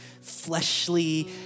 fleshly